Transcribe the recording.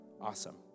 Awesome